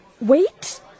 Wait